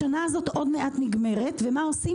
השנה הזאת עוד מעט נגמרת, ומה עושים?